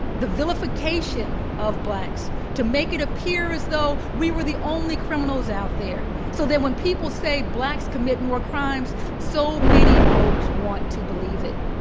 the vilification of blacks to make it appear as though we were the only criminals out there, so that when people say, blacks commit more crimes, so many folks want to believe it.